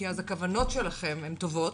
כי אז הכוונות שלכם הן טובות,